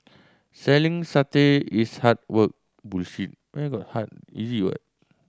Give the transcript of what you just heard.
selling satay is hard work